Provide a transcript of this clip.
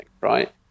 right